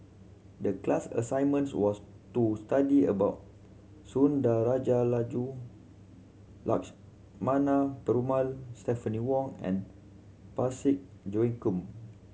the class assignments was to study about Sundarajulu Lakshmana Perumal Stephanie Wong and Parsick Joaquim